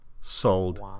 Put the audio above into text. sold